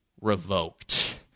revoked